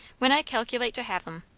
when i calculate to have em.